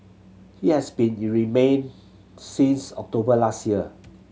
he has been in remand since October last year